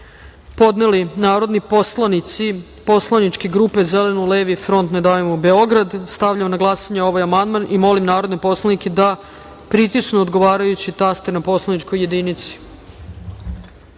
podneli narodni poslanici Poslaničke grupe Zeleno-levi front, Ne davimo Beograd. Stavljam na glasanje ovaj amandman i molim narodne poslanike da pritisnu odgovarajući taster na poslaničkoj